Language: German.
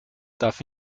darf